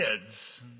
kids